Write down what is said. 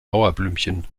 mauerblümchen